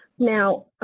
now,